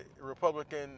Republican